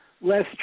less